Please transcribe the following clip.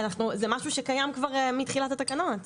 זה משהו שקיים כבר מתחילת התקנות,